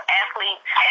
athletes